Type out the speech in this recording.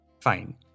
Fine